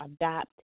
adopt